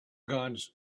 guards